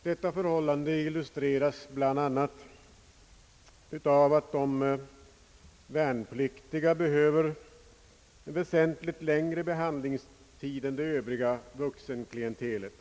Detta förhållande illustreras bl.a. av att de värnpliktiga behöver väsentligt längre behandlingstid än det övriga vuxenklientelet.